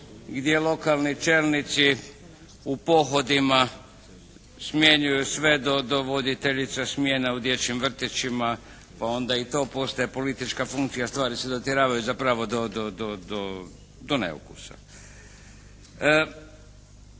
gdje lokalni čelnici u pohodima smjenjuju sve do voditeljice smjene u dječjim vrtićima pa onda i to postaje politička funkcija. Stvari se dotjeravaju zapravo do neukusa.